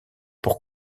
pour